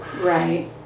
Right